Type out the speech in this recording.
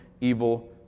evil